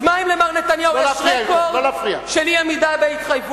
אז מה אם למר נתניהו יש רקורד של אי-עמידה בהתחייבויות?